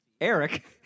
Eric